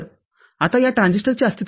आता या ट्रान्झिस्टरच्या अस्तित्वामुळे